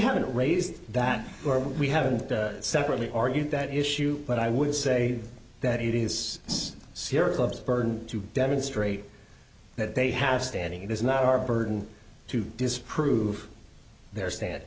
haven't raised that we haven't separately argued that issue but i would say that it is serious of burden to demonstrate that they have standing it is not our burden to disprove their stan